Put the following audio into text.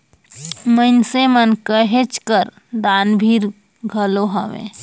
मइनसे मन कहेच कर दानबीर घलो हवें